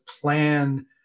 plan